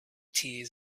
tears